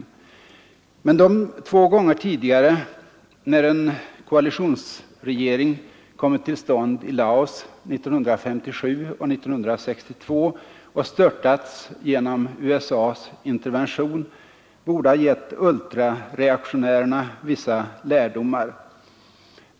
Men de två gånger tidigare då en koalitionsregering kommit till stånd i Laos, 1957 och 1962, och störtats genom USA:s intervention, borde ha gett ultrareaktionärerna vissa lärdomar.